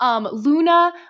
Luna